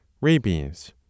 rabies